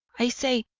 i say,